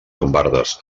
llombardes